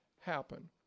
happen